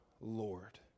Lord